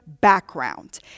background